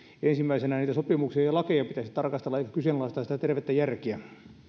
ensimmäisenä niitä sopimuksia ja lakeja pitäisi tarkastella eikä kyseenalaistaa sitä tervettä järkeä